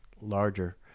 larger